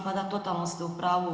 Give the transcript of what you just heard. Pa da, totalno ste u pravu.